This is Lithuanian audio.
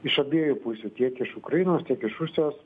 iš abiejų pusių tiek iš ukrainos tiek iš rusijos